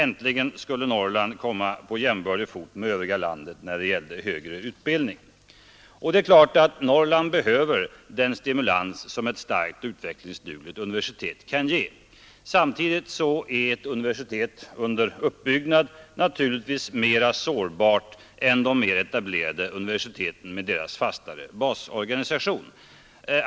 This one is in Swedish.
Äntligen skulle Norrland komma på jämbördig fot med övriga delar av landet när det gäller högre utbildning. Norrland behöver den stimulans som ett starkt och utvecklingsdugligt universitet kan ge. Samtidigt är ett universitet under uppbyggnad naturligtvis mera sårbart än de mer etablerade universiteten med deras fastare basorganisation.